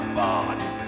body